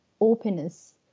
openness